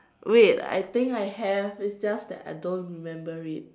wait I think I have it's just that I don't remember it